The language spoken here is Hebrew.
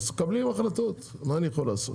אז מקבלים החלטות, מה אני יכול לעשות.